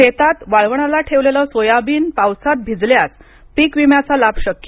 शेतात वाळवणाला ठेवलेलं सोयाबिन पावसात भिजल्यास पीक विम्याचा लाभ शक्य